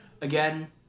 Again